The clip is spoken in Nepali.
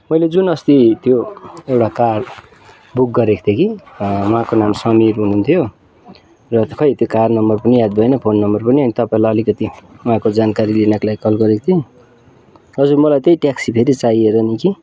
मैले जुन अस्ति त्यो एउटा कार बुक गरेको थिएँ कि उहाँको नाम सनिर हुनुहुन्थ्यो र खोइ त्यो कार नम्बर पनि याद भएन फोन नम्बर पनि तपाईँलाई अलिकति उहाँको जानकारी लिनको लागि कल गरेको थिएँ हजुर मलाई त्यही ट्याक्सी धेरै चाहिएर नि कि